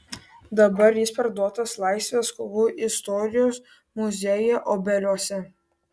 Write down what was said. dabar jis perduotas laisvės kovų istorijos muziejui obeliuose